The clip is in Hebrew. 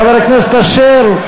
חבר הכנסת אשר.